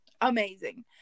amazing